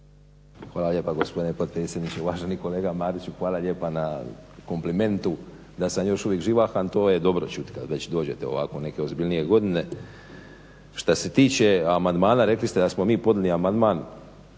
Hvala lijepa gospodine potpredsjedniče. Uvaženi kolega Mariću, hvala lijepa na komplimentu da sam još uvijek živahan, to je dobro čuti kad dođete ovako u neke ozbiljnije godine. Što se tiče amandmana rekli ste da smo mi podnijeli amandman.